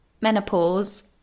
menopause